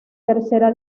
tercera